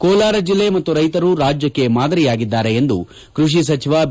ಕೋಲಾರ ಜಿಲ್ಲೆ ಮತ್ತು ರೈಶರು ರಾಜ್ಯಕ್ಕೆ ಮಾದರಿಯಾಗಿದ್ದಾರೆ ಎಂದು ಕೃಷಿ ಸಚಿವ ಬಿ